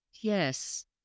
Yes